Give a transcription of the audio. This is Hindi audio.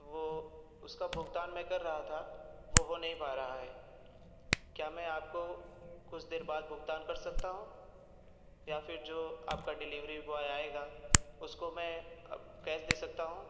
तो वो उसका भुगतान मैं कर रहा था वो हो नहीं पा रहा है क्या मैं आप को कुछ देर बाद भुगतान कर सकता हूँ या फिर जो आप का डिलीवरी बॉय आएगा उसको मैं कैस दे सकता हूँ